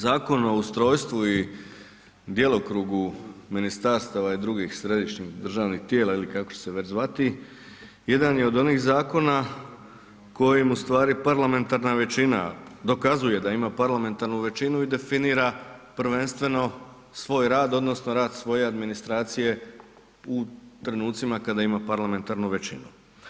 Zakon o ustrojstvu i djelokrugu ministarstava i drugih središnjih državnih tijela ili kako će se već zvati jedan je od onih zakona kojim ustvari parlamentarna većina dokazuje da ima parlamentarnu većinu i definira prvenstveno svoj rad odnosno rad svoje administracije u trenucima kada ima parlamentarnu većinu.